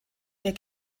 mehr